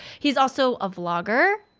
he's also a vlogger.